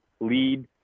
lead